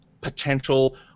potential